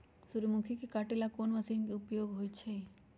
सूर्यमुखी के काटे ला कोंन मशीन के उपयोग होई छइ?